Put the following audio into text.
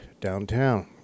downtown